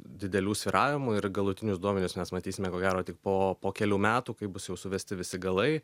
didelių svyravimų ir galutinius duomenis mes matysime ko gero tik po po kelių metų kai bus jau suvesti visi galai